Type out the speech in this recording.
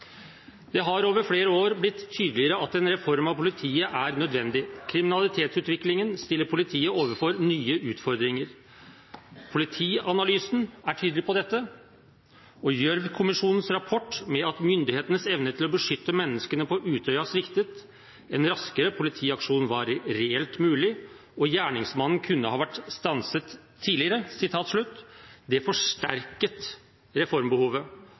Det har over flere år blitt tydeligere at en reform av politiet er nødvendig. Kriminalitetsutviklingen stiller politiet overfor nye utfordringer. Politianalysen er tydelig på dette, og det sto i Gjørv-kommisjonens rapport: «Myndighetenes evne til å beskytte menneskene på Utøya sviktet. En raskere politiaksjon var reelt mulig. Gjerningsmannen kunne ha vært stanset tidligere 22/7.» Dette forsterket reformbehovet